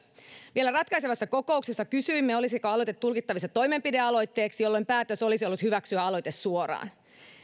vielä ratkaisevassa kokouksessa kysyimme olisiko aloite tulkittavissa toimenpidealoitteeksi jolloin päätös olisi ollut hyväksyä aloite suoraan